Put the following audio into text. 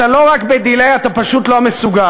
אתה לא רק ב-delay, אתה פשוט לא מסוגל.